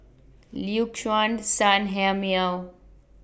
Liuxun Sanhemiao